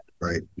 Right